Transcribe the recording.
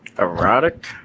Erotic